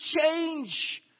change